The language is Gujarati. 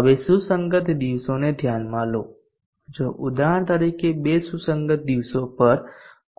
હવે સુસંગત દિવસોને ધ્યાનમાં લો જો ઉદાહરણ તરીકે બે સુસંગત દિવસો પર